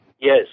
Yes